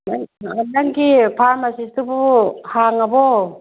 ꯅꯪꯒꯤ ꯐꯥꯔꯃꯥꯁꯤꯁꯇꯨꯕꯨ ꯍꯥꯡꯉꯕꯣ